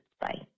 bye